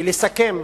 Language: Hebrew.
ולסכם,